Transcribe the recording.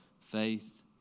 faith